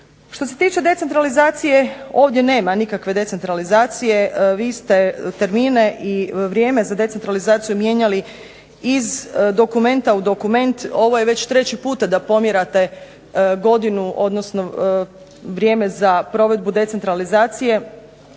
Što se tiče decentralizacije ovdje nema nikakve decentralizacije, vi ste termine i vrijeme za decentralizaciju mijenjali iz dokumenta u dokument, ovo je već treći puta da pomjerate godinu, odnosno vrijeme za provedbu decentralizacije,